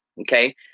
okay